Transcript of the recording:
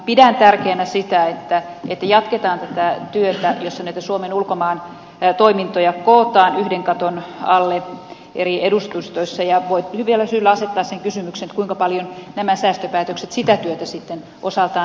pidän tärkeänä sitä että jatketaan tätä työtä jossa näitä suomen ulkomaantoimintoja kootaan yhden katon alle eri edustustoissa ja voi hyvällä syyllä asettaa sen kysymyksen kuinka paljon nämä säästöpäätökset sitä työtä sitten osaltaan haittaavat